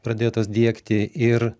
pradėtas diegti ir